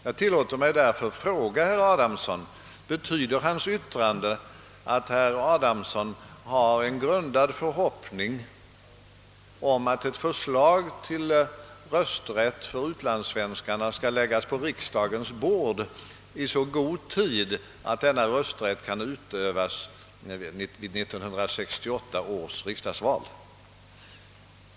Jag tillåter mig därför fråga herr Adamsson: Betyder herr Adamssons yttrande att Ni har en grundad förhoppning om att ett förslag till rösträtt för utlandssvenskarna skall läggas på riksdagens bord i så god tid att denna rösträtt kan utövas vid 1968 års riksdagsmannaval?